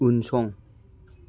उनसं